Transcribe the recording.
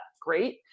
great